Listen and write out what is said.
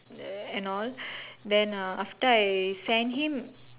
and all then uh after I send him